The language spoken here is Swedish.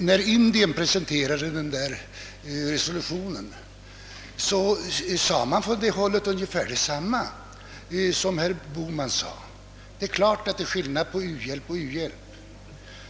När Indien presenterade sin resolution sade man från det hållet unge fär detsamma som herr Bohman nyss sade: Det är klart att det är skillnad på u-hjälp och u-hjälp.